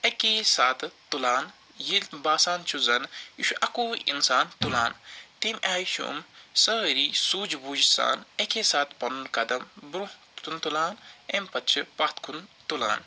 اکیٚے ساتہٕ تُلان ییٚلہِ باسان چھُ زن یہِ چھُ اکوٗے اِنسان تُلان تَمہِ آیہِ چھِ یِم سٲری سوجہٕ بوجہٕ سان اکیٚے ساتہٕ پنُن قدم برٛۄنٛہہ تُلان اَمہِ پتہٕ چھِ پتھ کُن تُلان